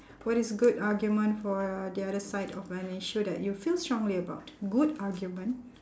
what is good argument for the other side of an issue that you feel strongly about good argument